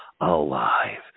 alive